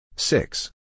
Six